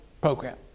program